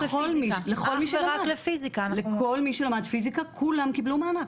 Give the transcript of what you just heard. לכל מי שלמד פיזיקה, כולם קיבלו מענק.